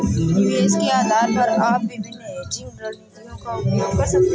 निवेश के आधार पर आप विभिन्न हेजिंग रणनीतियों का उपयोग कर सकते हैं